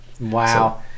Wow